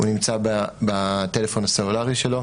הוא נמצא בטלפון הסלולרי שלו,